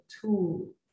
tool